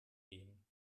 gehen